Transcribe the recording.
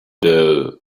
door